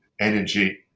energy